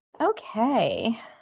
Okay